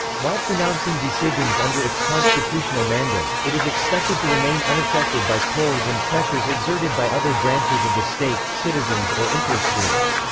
while pronouncing decisions under its constitutional mandate, it is expected to remain unaffected by pulls and pressures exerted by other branches of the state, citizens or interest groups.